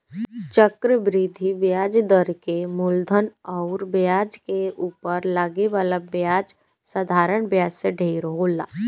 चक्रवृद्धि ब्याज दर के मूलधन अउर ब्याज के उपर लागे वाला ब्याज साधारण ब्याज से ढेर होला